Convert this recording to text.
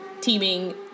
teaming